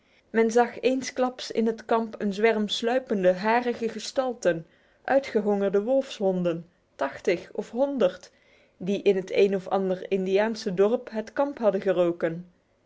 men zag eensklaps in het kamp een zwerm sluipende harige gestalten uitgehongerde wolfshonden tachtig of honderd die in het een of andere indiaanse dorp het kamp hadden geroken